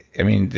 i mean,